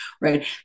right